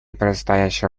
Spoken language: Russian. предстоящей